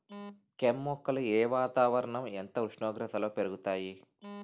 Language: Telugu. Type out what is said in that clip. కెమ్ మొక్కలు ఏ వాతావరణం ఎంత ఉష్ణోగ్రతలో పెరుగుతాయి?